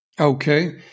Okay